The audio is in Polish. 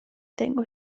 tego